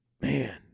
man